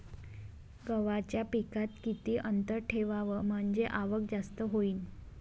गव्हाच्या पिकात किती अंतर ठेवाव म्हनजे आवक जास्त होईन?